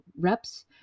reps